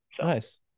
Nice